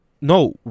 No